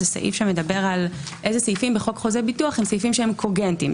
זה סעיף שמדבר על איזה סעיפים בחוק חוזה הביטוח הם סעיפים שהם קוגנטיים,